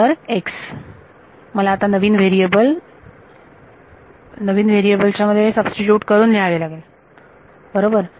तर x मला आता नवीन व्हेरिएबल च्या मध्ये सबस्टिट्यूट करून लिहावे लागेल बरोबर